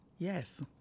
Yes